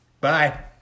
Bye